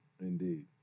Indeed